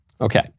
Okay